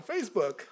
Facebook